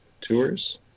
tours